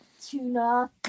tuna